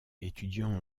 étudiants